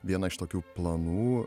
vieną iš tokių planų